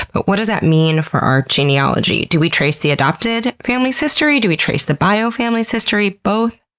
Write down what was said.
but what does that mean for our genealogy? do we trace the adopted family's history? do we trace the bio family's history? both?